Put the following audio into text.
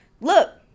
look